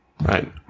Right